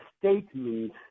statement